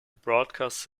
broadcasts